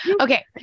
Okay